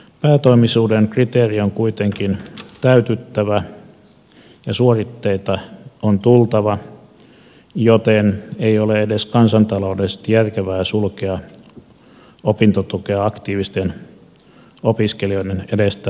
päätoimisuuden kriteerin on kuitenkin täytyttävä ja suoritteita on tultava joten ei ole edes kansantaloudellisesti järkevää sulkea opintotukea aktiivisten opiskelijoiden edestä byrokratian keinoin